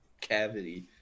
cavity